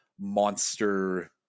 monster